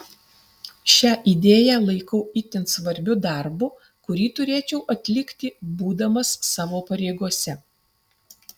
šią idėją laikau itin svarbiu darbu kurį turėčiau atlikti būdamas savo pareigose